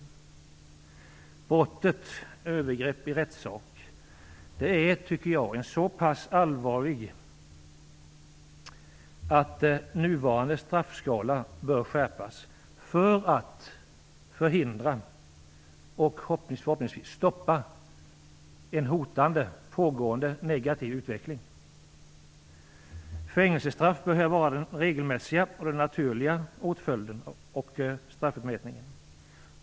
Jag tycker att brottet övergrepp i rättssak är så pass allvarligt att nuvarande straffskala bör skärpas för att förhindra och förhoppningsvis stoppa en hotande pågående negativ utveckling. Fängelsestraff bör här vara den regelmässiga och naturliga åtföljden och straffutmätningen.